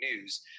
News